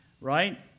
right